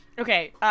Okay